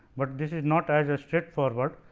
but this is not as a straight forward.